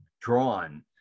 drawn